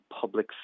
public